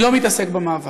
אני לא מתעסק במאבק.